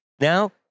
Now